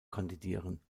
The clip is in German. kandidieren